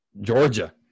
georgia